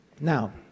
Now